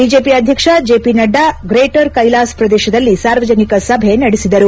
BJP ಅಧ್ಯಕ್ಷ J P Nadda greater Kailash ಪ್ರದೇಶದಲ್ಲಿ ಸಾರ್ವಜನಿಕ ಸಭೆ ನಡೆಸಿದರು